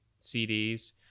cds